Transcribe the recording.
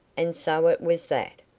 and so it was that,